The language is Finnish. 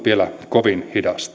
kovin hidasta suomalaisen työttömän